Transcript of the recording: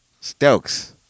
Stokes